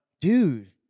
Dude